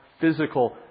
physical